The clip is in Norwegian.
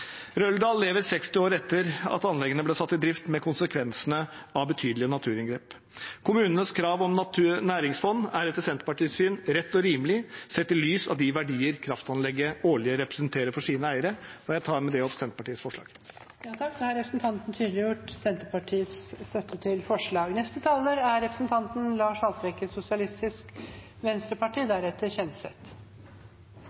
Røldal lever 60 år etter at anleggene ble satt i drift, med konsekvensene av betydelige naturinngrep. Kommunenes krav om næringsfond er etter Senterpartiets syn rett og rimelig, sett i lys av de verdiene kraftanlegget årlig representerer for sine eiere. Jeg tar med det opp forslagene Senterpartiet er en del av. Da har representanten Ole André Myhrvold tatt opp de forslagene han refererte til.